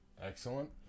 Excellent